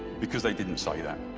because they didn't say that.